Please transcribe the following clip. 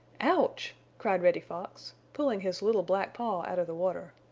ouch! cried reddy fox, pulling his little black paw out of the water.